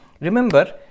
Remember